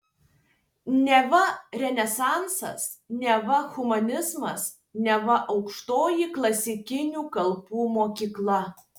neva renesansas neva humanizmas neva aukštoji klasikinių kalbų mokykla